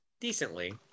decently